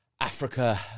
Africa